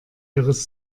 ihres